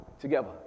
together